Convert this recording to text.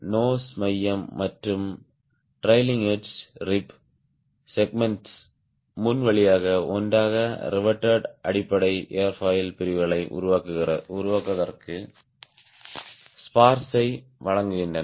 nose மையம் மற்றும் trailing edge rib segments முன் வழியாக ஒன்றாகச் ரிவேட்டேட் அடிப்படை ஏர்ஃபாயில் பிரிவுகளை உருவாக்குவதற்கு ஸ்பார்ஸை வளர்க்கின்றன